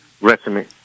resume